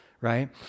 right